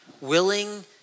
willing